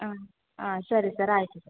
ಹಾಂ ಹಾಂ ಸರಿ ಸರ್ ಆಯಿತು